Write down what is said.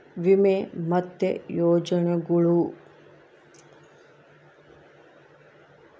ವಿಮೆ ಮತ್ತೆ ಯೋಜನೆಗುಳು